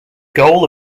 goal